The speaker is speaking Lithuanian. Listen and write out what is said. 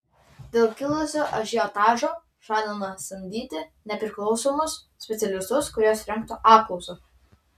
dėl kilusio ažiotažo žadama samdyti nepriklausomus specialistus kurie surengtų apklausą